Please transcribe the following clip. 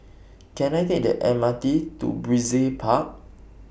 Can I Take The M R T to Brizay Park